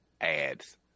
ads